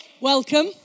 Welcome